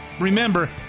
remember